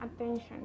attention